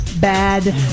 Bad